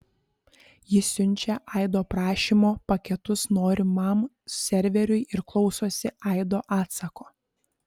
jis siunčia aido prašymo paketus norimam serveriui ir klausosi aido atsako